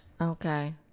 Okay